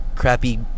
crappy